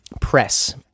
press